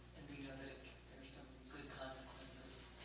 and we know that there's some good consequences